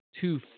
two